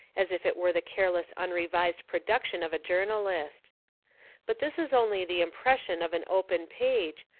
as if it were the careless unrevlsed production of a journahst. but this is only the impression of an open page,